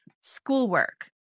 schoolwork